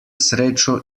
srečo